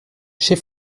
chez